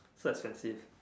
so expensive